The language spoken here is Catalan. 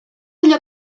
allò